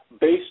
based